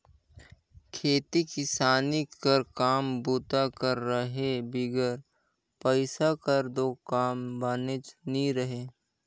खेती किसानी कर काम बूता कर रहें बिगर पइसा कर दो काम बननेच नी हे